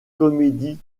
comédies